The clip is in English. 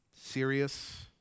serious